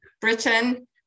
Britain